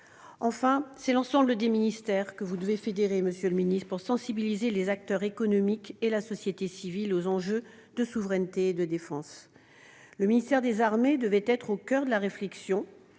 Enfin, c'est l'ensemble des ministères que vous devez fédérer pour sensibiliser les acteurs économiques et la société civile aux enjeux de souveraineté et de défense. Le ministère des armées devrait être au coeur de la réflexion